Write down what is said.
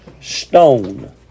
stone